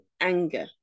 anger